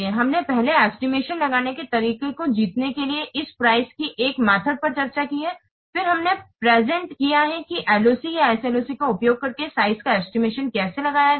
हमने पहले एस्टिमेशन लगाने के तरीके को जीतने के लिए इस प्राइसकी एक method पर चर्चा की है फिर हमने प्रेजेंट किया है कि LOC या SLOCका उपयोग करके साइज का एस्टिमेशनकैसे लगाया जाए